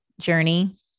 journey